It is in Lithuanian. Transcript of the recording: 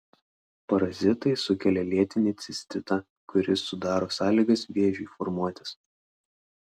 parazitai sukelia lėtinį cistitą kuris sudaro sąlygas vėžiui formuotis